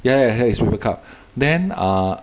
ya ya ya it's paper cup then err